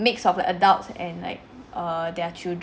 mix of the adults and like err their chil~